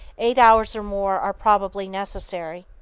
eight hours or more are probably necessary.